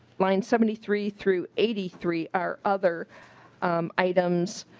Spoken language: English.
line seventy three through eighty three are other um items